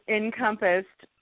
encompassed